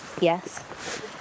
Yes